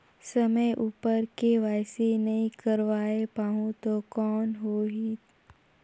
समय उपर के.वाई.सी नइ करवाय पाहुं तो कौन होही?